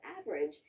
average